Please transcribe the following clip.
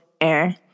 air